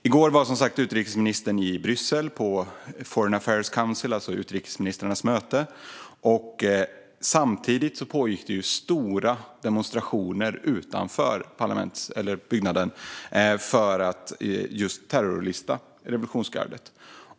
I går var utrikesministern i Bryssel på Foreign Affairs Council, alltså utrikesministrarnas möte. Samtidigt pågick stora demonstrationer utanför byggnaden för att just terrorlista revolutionsgardet.